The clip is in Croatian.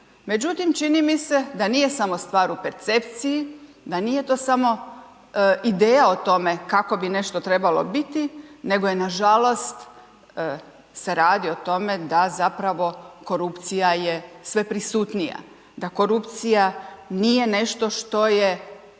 Međutim, čini mi se da nije samo stvar u percepciji, da nije to samo ideja o tome kako bi nešto trebalo biti, nego je nažalost se radi o tome da zapravo korupcija je sve prisutnija, da korupcija nije nešto što je